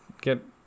get